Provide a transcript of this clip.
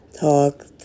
talk